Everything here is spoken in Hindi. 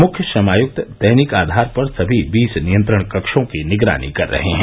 मुख्य श्रम आयुक्त दैनिक आधार पर सभी बीस नियंत्रण कक्षों की निगरानी कर रहे हैं